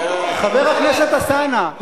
חבר הכנסת אלסאנע,